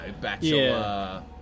bachelor